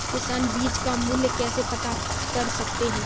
किसान बीज का मूल्य कैसे पता कर सकते हैं?